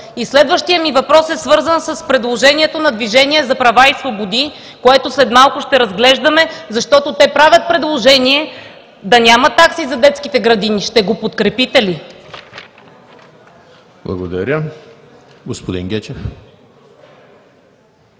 Следващият ми въпрос е свързан с предложението на „Движението за права и свободи“, което след малко ще разглеждаме, защото те правят предложение да няма такси за детските градини: ще го подкрепите ли? ПРЕДСЕДАТЕЛ ЕМИЛ